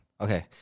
Okay